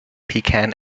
pecan